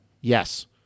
yes